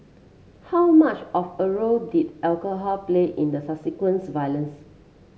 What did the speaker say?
how much of a role did alcohol play in the subsequent violence